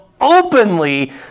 openly